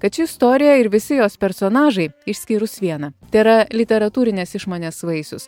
kad ši istorija ir visi jos personažai išskyrus vieną tėra literatūrinės išmonės vaisius